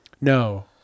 No